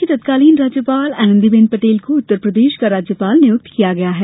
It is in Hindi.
प्रदेश की तत्कालीन राज्यपाल आनंदीबेन पटेल को उत्तरप्रदेश का राज्यपाल नियुक्त किया गया है